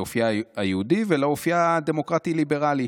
לאופייה היהודי ולאופייה הדמוקרטי-ליברלי.